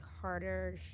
harder